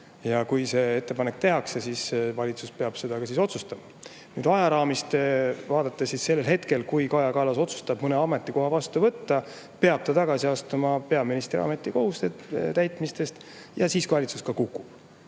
ja kui see ettepanek tehakse, siis valitsus peab seda otsustama. Ajaraami vaadates: sellel hetkel, kui Kaja Kallas otsustab mõne ametikoha vastu võtta, peab ta tagasi astuma peaministri ametikohustuste täitmisest. Siis valitsus ka kukub